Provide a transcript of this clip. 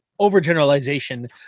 overgeneralization